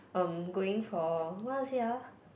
um going for what I want say ah